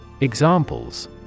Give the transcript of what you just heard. Examples